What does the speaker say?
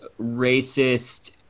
racist